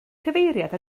cyfeiriad